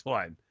one